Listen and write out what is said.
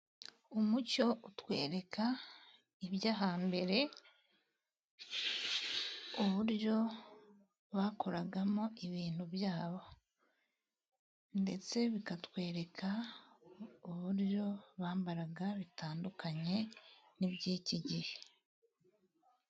Umuco utwereka ibyo hambere, uburyo bakoragamo ibintu byabo ndetse bikatwereka uburyo bambaraga bitandukanye n'iby'iki gihe.